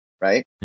right